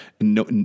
no